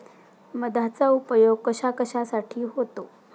मधाचा उपयोग कशाकशासाठी होतो?